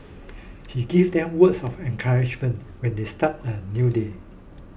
he gives them words of encouragement when they start a new day